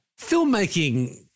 Filmmaking